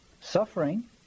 Suffering